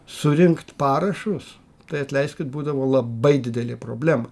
surinkt parašus tai atleiskit būdavo labai didelė problema